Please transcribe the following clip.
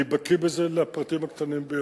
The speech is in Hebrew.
אני בקי בזה לפרטים הקטנים ביותר.